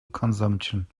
consumption